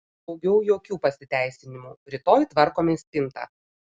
daugiau jokių pasiteisinimų rytoj tvarkome spintą